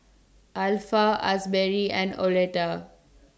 Alpha Asberry and Oleta